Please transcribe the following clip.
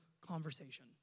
conversation